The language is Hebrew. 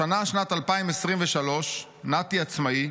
"השנה שנת 2023, נתי עצמאי,